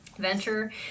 Venture